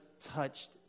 touched